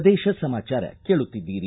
ಪ್ರದೇಶ ಸಮಾಚಾರ ಕೇಳುತ್ತಿದ್ದೀರಿ